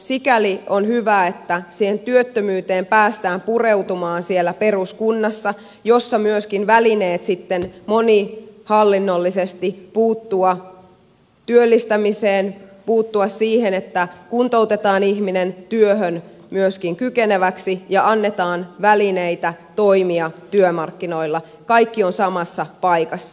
sikäli on hyvä että siihen työttömyyteen päästään pureutumaan siellä peruskunnassa jossa myöskin välineet sitten monihallinnollisesti puuttua työllistämiseen puuttua siihen että myöskin kuntoutetaan ihminen työhön kykeneväksi ja annetaan välineitä toimia työmarkkinoilla kaikki on samassa paikassa